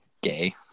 gay